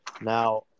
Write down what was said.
Now